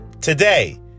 Today